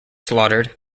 slaughtered